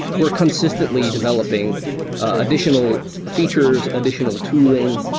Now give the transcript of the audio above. we're consistently developing additional features, additional tooling.